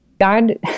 God